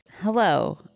Hello